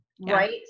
right